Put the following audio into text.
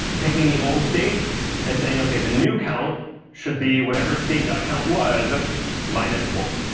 taking the old state and saying, ok, the new count should be whatever state count was minus one.